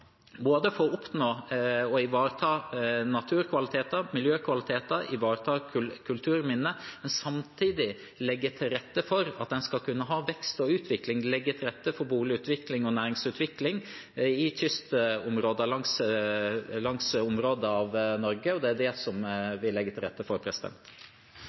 både for å ivareta naturkvaliteter, miljøkvaliteter og kulturminner og for å legge til rette for at en skal kunne ha vekst og utvikling, boligutvikling og næringsutvikling i kystområder i Norge. Det er det vi legger til rette for.